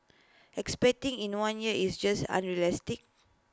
expecting in one year is just unrealistic